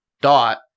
dot